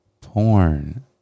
porn